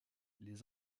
les